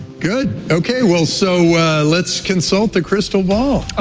good, okay, well, so let's consult the crystal ball.